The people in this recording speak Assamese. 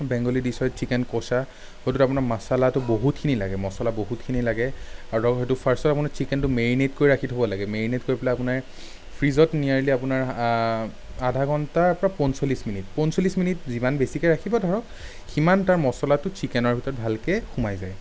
বেংগুলী ডিছ হয় চিকেন ক'চা সৌটোত আপোনাৰ মাছালাটো বহুতখিনি লাগে মছলা বহুতখিনি লাগে আৰু সৌটো ফাৰ্ষ্টত আপুনি চিকেনটো মেৰিনেট কৰি ৰাখি থ'ব লাগে মেৰিনেট কৰি পেলাই আপোনাৰ ফ্ৰীজত নিয়েৰলি আপোনাৰ আধা ঘণ্টাৰ পৰা পঞ্চল্লিচ মিনিট পঞ্চল্লিচ মিনিট যিমান বেছিকে ৰাখিব ধৰক সিমান তাৰ মছলাটো চিকেনৰ ভিতৰত ভালকে সোমাই যায়